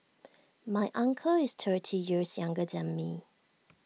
my uncle is thirty years younger than me